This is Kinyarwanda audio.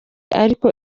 ariko